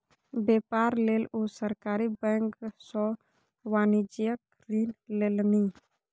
बेपार लेल ओ सरकारी बैंक सँ वाणिज्यिक ऋण लेलनि